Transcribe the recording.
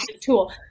tool